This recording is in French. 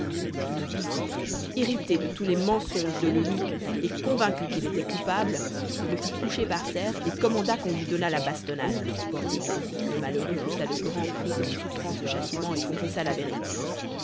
le vizir irrité de tous les mensonges de l'eunuque et convaincu qu'il était coupable le fit coucher par terre et commanda qu'on lui donnât la bastonnade le malheureux poussa de grands cris en souffrant ce châtiment et confessa la vérité